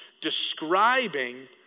describing